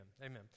Amen